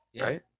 Right